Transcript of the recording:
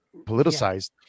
politicized